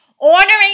honoring